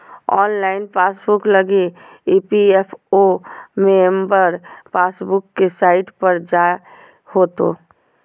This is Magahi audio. ऑनलाइन पासबुक लगी इ.पी.एफ.ओ मेंबर पासबुक के साइट पर जाय होतो